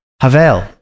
Havel